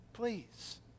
Please